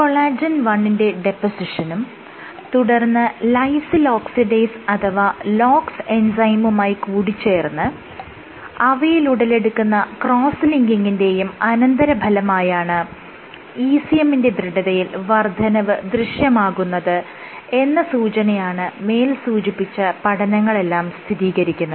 collagen 1 ന്റെ ഡെപോസിഷനും തുടർന്ന് ലൈസിൽ ഓക്സിഡേസ് അഥവാ LOX എൻസൈമുമായി കൂടിച്ചേർന്ന് അവയിൽ ഉടലെടുക്കുന്ന ക്രോസ്സ് ലിങ്കിങിന്റെയും അന്തരഫലമായാണ് ECM ന്റെ ദൃഢതയിൽ വർദ്ധനവ് ദൃശ്യമാകുന്നത് എന്ന സൂചനയാണ് മേൽസൂചിപ്പിച്ച പഠനങ്ങളെല്ലാം സ്ഥിതീകരിക്കുന്നത്